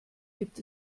gibt